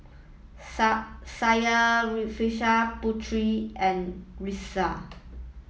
Syarafina Putra and Rizqi